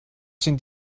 sind